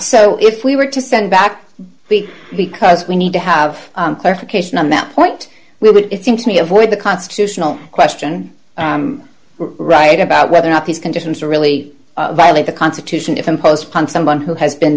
so if we were to send back the because we need to have clarification on that point we would seem to me avoid the constitutional question right about whether or not these conditions are really violate the constitution if imposed upon someone who has been